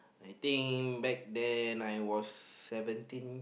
I think back then I was seventeen